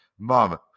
Mom